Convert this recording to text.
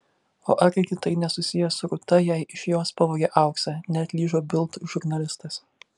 o argi tai nesusiję su rūta jei iš jos pavogė auksą neatlyžo bild žurnalistas